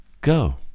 go